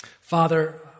Father